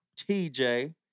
TJ